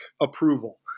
approval